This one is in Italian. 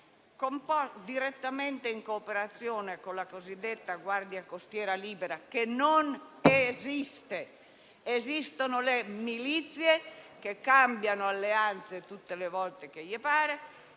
direttamente in cooperazione con la cosiddetta Guardia costiera libica, che non esiste. Esistono le milizie, che cambiano alleanza tutte le volte che par